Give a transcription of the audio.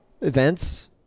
Events